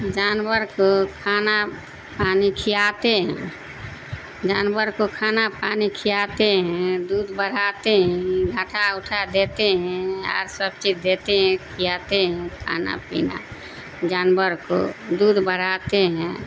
جانور کو کھانا پانی کھلاتے ہیں جانور کو کھانا پانی کھلاتے ہیں دودھ بڑھاتے ہیں گھاٹا اٹھا دیتے ہیں آر سب چیز دیتے ہیں کھلاتے ہیں کھانا پینا جانور کو دودھ بڑھاتے ہیں